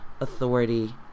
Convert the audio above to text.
authority